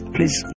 Please